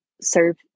serve